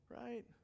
right